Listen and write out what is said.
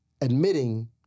admitting—